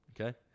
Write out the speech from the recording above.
okay